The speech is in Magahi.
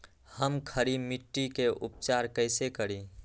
हम खड़ी मिट्टी के उपचार कईसे करी?